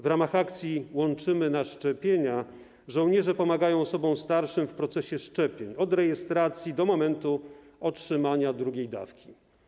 W ramach akcji „Łączymy na szczepienia” żołnierze pomagają osobom starszym w procesie szczepień - od rejestracji do momentu otrzymania drugiej dawki.